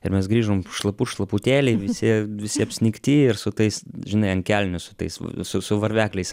ir mes grįžom šlaput štlaputėliai visi visi apsnigti ir su tais žinai ant kelnių su tais su su varvekliais